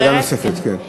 שאלה נוספת, כן.